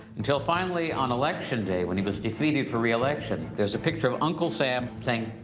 until finally on election day when he was defeated for reelection there's a picture of uncle sam saying,